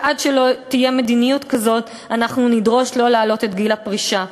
ועד שלא תהיה מדיניות כזאת אנחנו נדרוש שלא להעלות את גיל הפרישה.